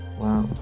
Wow